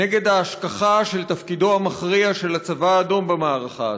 נגד ההשכחה של התפקיד המכריע של הצבא האדום במערכה הזאת.